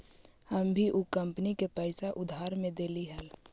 हम भी ऊ कंपनी के पैसा उधार में देली हल